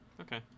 okay